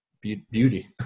beauty